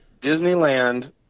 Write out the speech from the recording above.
Disneyland